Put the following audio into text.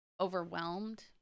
overwhelmed